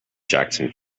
jackson